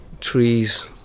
trees